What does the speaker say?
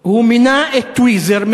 הוא מינה את טוויזר,